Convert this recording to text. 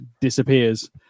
disappears